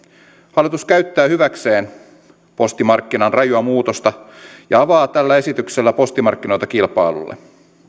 hallitus käyttää hyväkseen postimarkkinan rajua muutosta ja avaa tällä esityksellä postimarkkinoita kilpailulle